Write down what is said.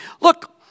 Look